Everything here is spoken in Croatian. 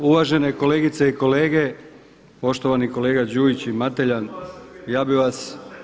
Uvažene kolegice i kolege, poštovani kolega Đujić i Mateljan ja bih vas.